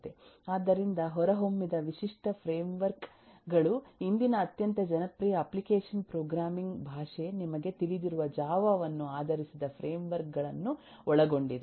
ಆದ್ದರಿಂದ ಹೊರಹೊಮ್ಮಿದ ವಿಶಿಷ್ಟ ಫ್ರೇಮ್ ವರ್ಕ್ ಗಳು ಇಂದಿನ ಅತ್ಯಂತ ಜನಪ್ರಿಯ ಅಪ್ಲಿಕೇಶನ್ ಪ್ರೋಗ್ರಾಮಿಂಗ್ ಭಾಷೆ ನಿಮಗೆ ತಿಳಿದಿರುವ ಜಾವಾ ವನ್ನು ಆಧರಿಸಿದ ಫ್ರೇಮ್ ವರ್ಕ್ ಗಳನ್ನು ಒಳಗೊಂಡಿದೆ